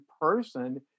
person